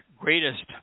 greatest